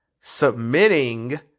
submitting